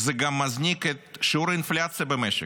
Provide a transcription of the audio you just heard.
זה גם מזניק את שיעור האינפלציה במשק,